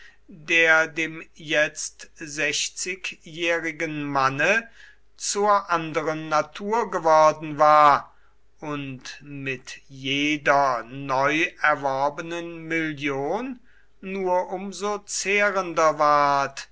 der dem jetzt sechzigjährigen manne zur anderen natur geworden war und mit jeder neu erworbenen million nur um so zehrender ward